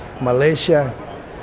Malaysia